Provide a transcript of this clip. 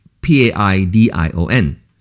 P-A-I-D-I-O-N